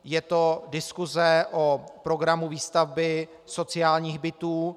Je to diskuse o programu výstavby sociálních bytů.